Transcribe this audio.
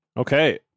Okay